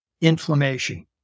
inflammation